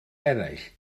eraill